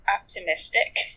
optimistic